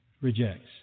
rejects